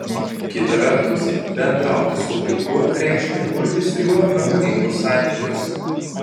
kita vertus bendrauti su vaiku reiškia kurti su juo harmoningus santykius